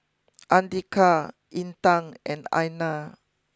Andika Intan and Aina